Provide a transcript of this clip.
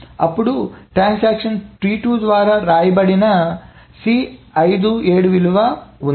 అప్పుడు transaction T2 ద్వారా వ్రాయండి T2 C 5 7 ఉంది